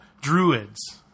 Druids